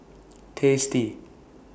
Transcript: tasty